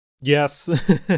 Yes